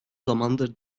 zamandır